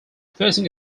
facing